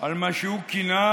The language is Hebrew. על מה שהוא כינה: